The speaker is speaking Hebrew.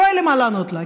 לא היה לי מה לענות לה.